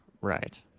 Right